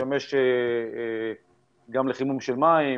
שמשמש גם לחימום של מים,